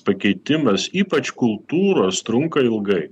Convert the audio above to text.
pakeitimas ypač kultūros trunka ilgai